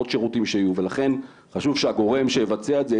עוד שירותים שיהיו ולכן חשוב שהגורם שמבצע את זה,